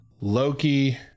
Loki